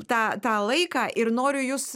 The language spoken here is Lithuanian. tą tą laiką ir noriu jus